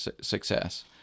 success